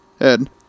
Ed